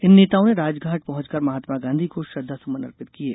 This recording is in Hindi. इन नेताओं ने राजघाट पहुंचकर महात्मा गांधी को श्रद्वासुमन अर्पित किये